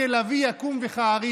שנוח לקואליציה באותו רגע,